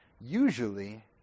usually